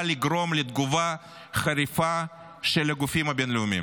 לגרום לתגובה חריפה של הגופים הבין-לאומיים.